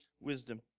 wisdom